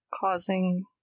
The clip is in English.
causing